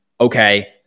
okay